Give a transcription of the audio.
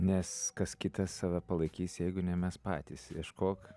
nes kas kitas save palaikys jeigu ne mes patys ieškok